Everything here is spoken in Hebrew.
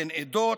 בין עדות,